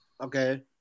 Okay